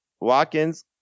Watkins